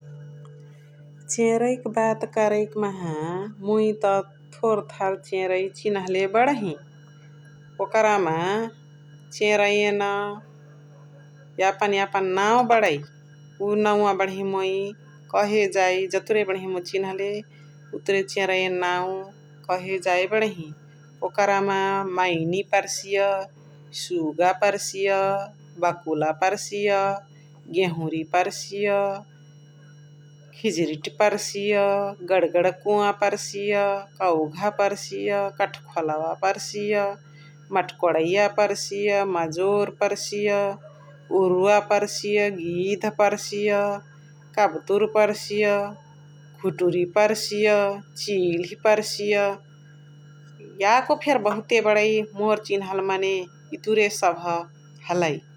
चेरैक बात करइ कि माहा मुइ त थोर्थार चेरै चिन्हले बणही । ओकरा मा चेरै न यापन यापन नाउ बणै । उवा नाउ बणही मुइ कहे जै जतुरा बणही मुइ चिन्हले उचर चेरैयानी नाउ कहे जै बणही । ओकरा मा माइनी पर्सिय, सुगा पर्सिय, बकुला पर्सिय, गेउरी पर्सिय, खिजिरिट पर्सिय, गडगडकुवा पर्सिय, कौघा पर्सिय, कट्खोलवा पर्सिय, मट्कोडैया पर्सिय, मजोर पर्सिय, उरुवा पर्सिय, गिध पर्सिय, कब्तुर पर्सिय, घुटुरी पर्सिय, चिल्ही पर्सिय याको फेरी बहुते बरइ मोर चिन्हल मने एचर सभ हलइ ।